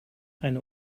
eine